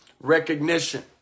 recognition